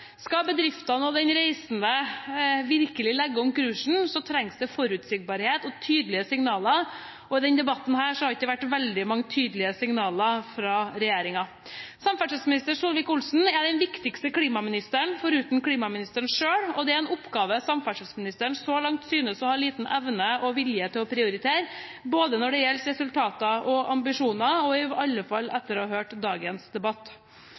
Skal bedriftene og den reisende virkelig legge om kursen, trengs det forutsigbarhet og tydelige signaler, og i denne debatten har det ikke vært veldig mange tydelige signaler fra regjeringen. Samferdselsminister Solvik-Olsen er den viktigste klimaministeren foruten klimaministeren selv, og det er en oppgave samferdselsministeren så langt synes å ha liten evne og vilje til å prioritere, når det gjelder både resultater og ambisjoner, i alle fall etter å ha hørt dagens debatt.